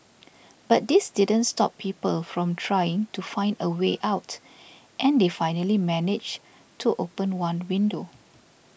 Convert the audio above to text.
but this didn't stop people from trying to find a way out and they finally managed to open one window